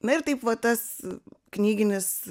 na ir taip va tas knyginis